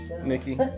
Nikki